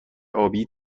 آبی